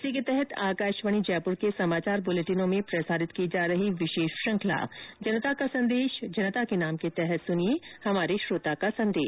इसी के तहत आकाशवाणी जयपुर के समाचार बुलेटिनों में प्रसारित की जा रही विशेष श्रृखंला जनता का संदेश जनता के नाम के तहत सुनिये हमारे श्रोता का संदेश